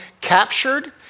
captured